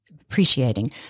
appreciating